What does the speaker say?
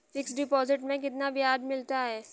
Fix deposit में कितना ब्याज मिलता है?